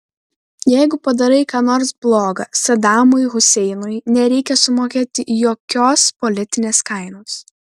jeigu padarai ką nors bloga sadamui huseinui nereikia sumokėti jokios politinės kainos